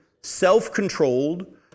self-controlled